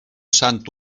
sant